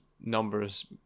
numbers